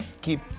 keep